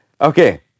Okay